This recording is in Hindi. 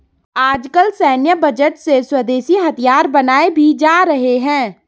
आजकल सैन्य बजट से स्वदेशी हथियार बनाये भी जा रहे हैं